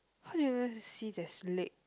how do you even see there's leg